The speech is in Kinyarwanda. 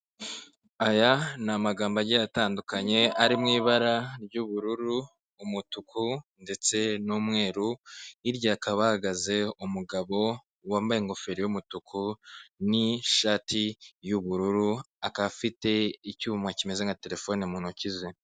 Aya ni amagambo agiye atandukanye, ari mu ibara ry'ubururu, umutuku ndetse n'umweru, hirya hakaba hahagaze umugabo wambaye ingofero y'umutuku n' ishati y'ubururu. Akaba afite icyuma kimeze nka terefone mu ntoki ze.